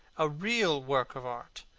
a real work of art,